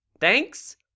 Thanks